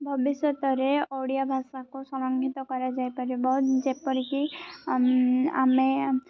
ଭବିଷ୍ୟତରେ ଓଡ଼ିଆ ଭାଷାକୁ ସଂରକ୍ଷିତ କରାଯାଇପାରିବ ଯେପରିକି ଆମେ